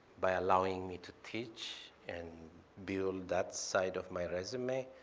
by allowing me to teach and build that side of my resume,